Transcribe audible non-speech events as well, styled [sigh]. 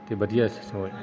ਅਤੇ ਵਧੀਆ [unintelligible]